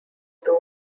two